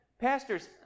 Pastors